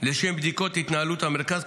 לשם בדיקת התנהלות המרכז.